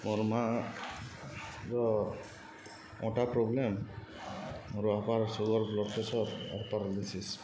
ମୋର୍ ମା' ର ଅଁଟା ପ୍ରୋବ୍ଲେମ୍ ମୋର୍ ବାପାର୍ ସୁଗର୍ ବ୍ଲଡ଼୍ ପ୍ରେସର୍ ଆର୍ ପାରାଲିସିସ୍